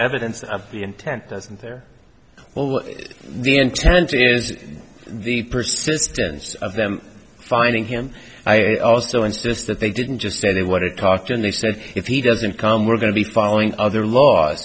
evidence of the intent doesn't there well what the intent is the persistence of them finding him i also insist that they didn't just say they want to talk to him they said if he doesn't come we're going to be following other law